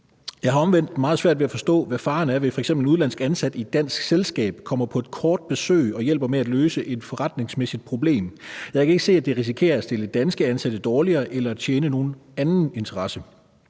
Jeg har omvendt meget svært ved at forstå, hvad faren er ved, at f.eks. en udenlandsk ansat i et dansk selskab kommer på et kort besøg og hjælper med at løse et forretningsmæssigt problem. Jeg kan ikke se, at det risikerer at stille de danske ansatte dårligere, eller at det tjener nogen anden interesse.